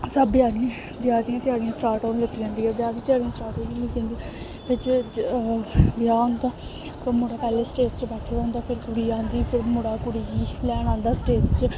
सब ब्याह् दियां ब्याह् दियां त्यारियां स्टार्ट होन लेई पौंदियां ब्याह् दियां त्यारियां स्टार्ट होन लेई पौंदियां बिच्च ब्याह् होंदा ते मुड़ा पैह्लें स्टेज पर बैठे दा होंदा फिर कुड़ी औंदी फिर मुड़ा कुड़ी गी लैन औंदा स्टेज च